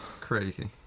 crazy